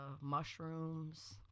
mushrooms